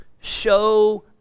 show